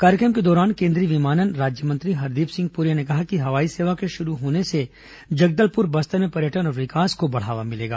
कार्यक्रम के दौरान केंद्रीय विमानन राज्यमंत्री हरदीप सिंह पुरी ने कहा कि हवाई सेवा शुरू होने से जगदलपुर बस्तर में पर्यटन और विकास को बढ़ावा मिलेगा